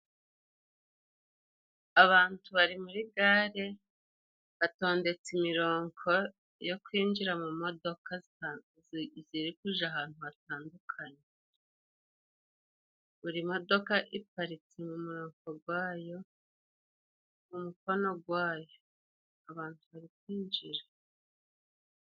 Abantu bari muri gare hatondetse imirongo ya kwinjira mu modoka ziri kuja ahantu hatandukanye. Buri modoka iparitse mu murongo wayo, mu mukono gwayo abantu bari kwinjira.